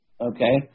Okay